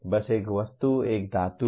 बस एक वस्तु एक धातु है